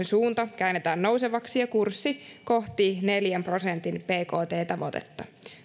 suunta käännetään nousevaksi ja kurssi kohti neljän prosentin bkt tavoitetta